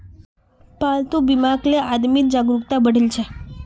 पालतू बीमाक ले आदमीत जागरूकता बढ़ील छ